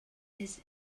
his